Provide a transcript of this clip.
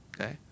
Okay